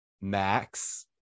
max